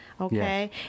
Okay